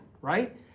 right